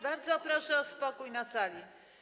Bardzo proszę o spokój na sali.